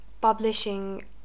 publishing